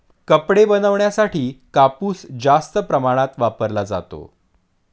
कपडे बनवण्यासाठी कापूस जास्त प्रमाणात वापरला जातो